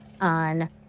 on